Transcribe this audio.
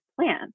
plan